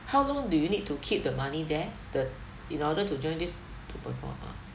how long do you need to keep the money there the in order to join this two point four ha